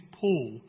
Paul